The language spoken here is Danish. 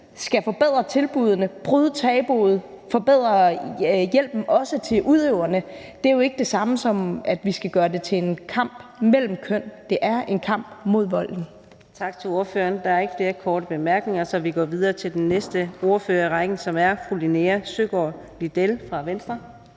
skal forbedre tilbuddene, bryde tabuet, forbedre hjælpen, også til udøverne, er jo ikke det samme, som at vi skal gøre det til en kamp mellem køn. Det er en kamp mod volden.